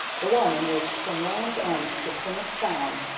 the one in which, from land's end to plymouth sound,